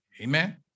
amen